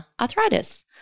arthritis